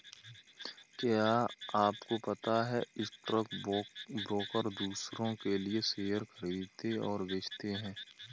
क्या आपको पता है स्टॉक ब्रोकर दुसरो के लिए शेयर खरीदते और बेचते है?